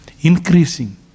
increasing